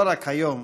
לא רק היום,